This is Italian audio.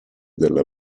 della